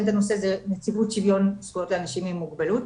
את הנושא זה נציבות שוויון זכויות לאנשים עם מוגבלות,